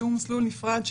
שהוא מסלול נפרד.